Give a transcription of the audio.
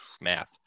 math